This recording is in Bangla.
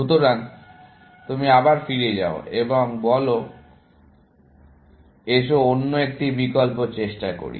সুতরাং তুমি আবার ফিরে যাও এবং বলো এসো অন্য বিকল্পটি চেষ্টা করি